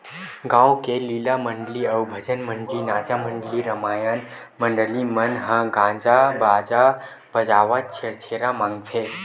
गाँव के लीला मंडली अउ भजन मंडली, नाचा मंडली, रमायन मंडली मन ह गाजा बाजा बजावत छेरछेरा मागथे